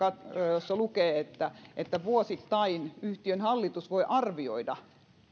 jossa lukee että että vuosittain yhtiön hallitus voi arvioida